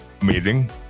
amazing